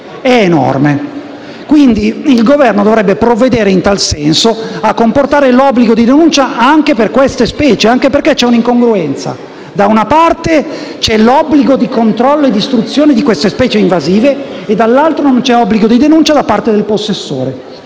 è enorme, quindi il Governo dovrebbe provvedere in tal senso a prevedere l'obbligo di denuncia anche per queste specie, anche perché c'è un'incongruenza: da una parte c'è l'obbligo di controllo e distruzione di queste specie invasive e, dall'altra, non c'è obbligo di denuncia da parte del possessore.